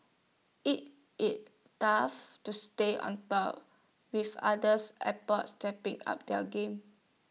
IT it tough to stay on top with other airports stepping up their game